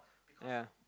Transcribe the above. yea